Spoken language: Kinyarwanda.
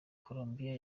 colombiya